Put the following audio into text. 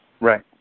Right